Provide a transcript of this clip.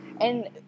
And-